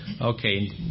Okay